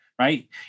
Right